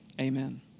amen